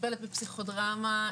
מטפלת בפסיכודרמה,